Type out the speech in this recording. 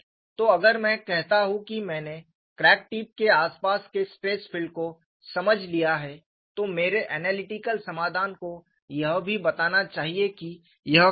तो अगर मैं कहता हूं कि मैंने क्रैक टिप के आसपास के स्ट्रेस फील्ड को समझ लिया है तो मेरे ऐनलिटिकल समाधान को यह भी बताना चाहिए कि यह क्या है